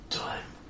time